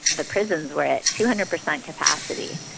the prisons were at two hundred percent capacity,